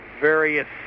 various